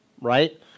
right